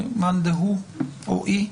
אין.